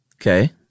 Okay